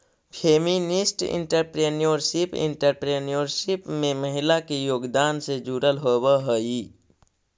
feminist entrepreneurship entrepreneurship में महिला के योगदान से जुड़ल होवऽ हई